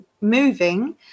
moving